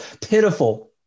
pitiful